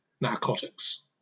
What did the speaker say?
narcotics